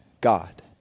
God